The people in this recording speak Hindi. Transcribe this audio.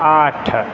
आठ